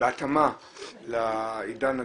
בהתאמה לעידן הדיגיטלי.